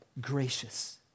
gracious